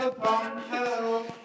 Hello